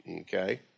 Okay